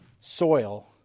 soil